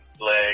leg